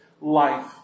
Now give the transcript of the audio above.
life